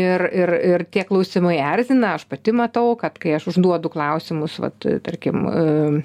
ir ir ir tie klausimai erzina aš pati matau kad kai aš užduodu klausimus vat tarkim